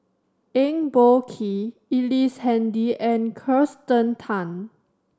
Eng Boh Kee Ellice Handy and Kirsten Tan